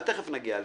תכף נגיע לזה.